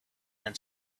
then